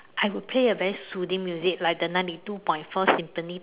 I would play a very soothing music like the ninety two point four symphony